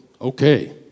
Okay